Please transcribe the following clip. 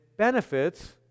Benefits